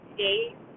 days